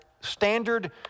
standard